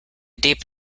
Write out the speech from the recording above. deep